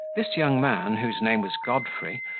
this young man, whose name was godfrey,